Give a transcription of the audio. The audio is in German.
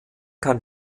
kann